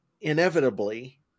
inevitably